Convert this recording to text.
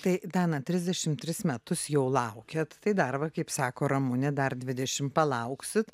tai dana trisdešimt tris metus jau laukiat tai dar va kaip sako ramunė dar dvidešim palauksit